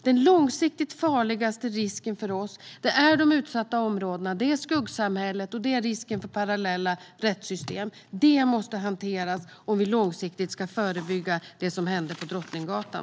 Den långsiktigt farligaste risken för oss är de utsatta områdena, skuggsamhället och risken för parallella rättssystem. Det måste hanteras om vi långsiktigt ska förebygga sådant som det som hände på Drottninggatan.